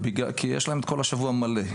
כי יש להם את כל השבוע מלא,